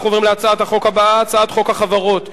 אנחנו עוברים להצעת החוק הבאה: הצעת חוק החברות (תיקון,